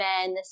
men